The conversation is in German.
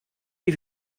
die